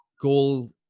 goal